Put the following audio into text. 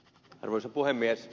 arvoisa puhemies